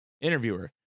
Interviewer